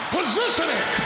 Positioning